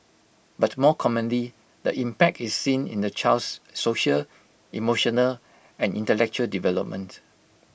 but more commonly the impact is seen in the child's social emotional and intellectual development